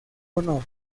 honor